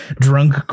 drunk